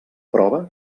prova